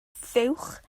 fuwch